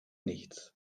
nichts